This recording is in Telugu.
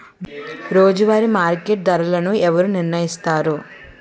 రోజువారి మార్కెట్ ధరలను ఎవరు నిర్ణయిస్తారు?